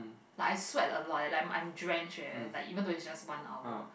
like I sweat a lot leh like I I am drenched eh like even though is just one hour